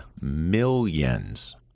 millions